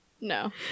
No